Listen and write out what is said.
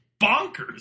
bonkers